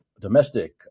domestic